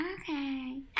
okay